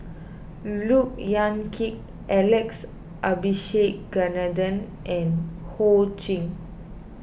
Look Yan Kit Alex Abisheganaden and Ho Ching